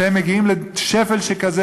שהם מגיעים לשפל שכזה,